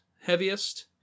heaviest